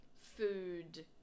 food